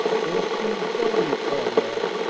they have seen so many comrades,